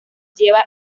lleva